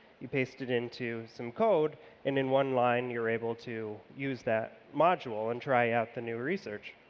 you paste it into some code and in one line you're able to use that module and try out the new research.